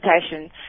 education